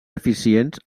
eficients